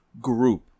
group